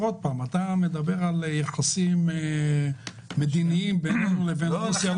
אתה מדבר על יחסים מדיניים בינינו לבין רוסיה.